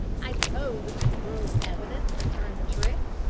i suppose it was the girl's evidence that turned the trick?